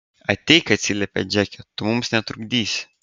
ateik atsiliepia džeke tu mums netrukdysi